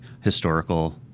historical